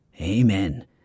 Amen